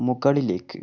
മുകളിലേക്ക്